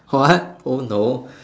what oh no